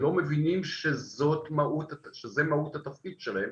שלא מבינים שזו המהות של תפקידם,